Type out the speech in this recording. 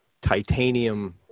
titanium